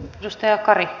miten ne vaikuttavat toisiinsa